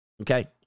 okay